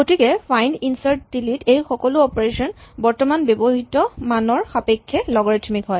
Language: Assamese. গতিকে ফাইম্ড ইনচাৰ্ট ডিলিট এই সকলো অপাৰেচন বৰ্তমান ব্যৱহৃত মানৰ সাপেক্ষে লগাৰিথমিক হয়